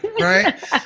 right